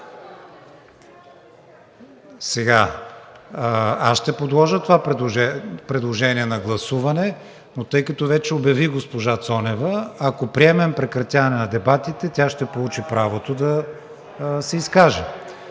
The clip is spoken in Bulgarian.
Сега аз ще предложа на гласуване това предложение, но тъй като вече обявих госпожа Цонева, ако приемем прекратяване на дебатите, тя ще получи правото да се изкаже.